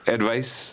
Advice